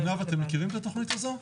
עינב, אתם מכירים את התוכנית הזו?